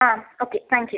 ah okay thank you